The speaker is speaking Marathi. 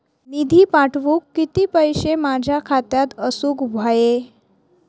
निधी पाठवुक किती पैशे माझ्या खात्यात असुक व्हाये?